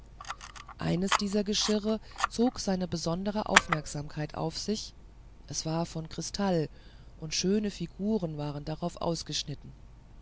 eines dieser geschirre zog seine besondere aufmerksamkeit auf sich es war von kristall und schöne figuren waren darauf ausgeschnitten